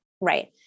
Right